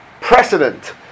precedent